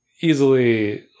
easily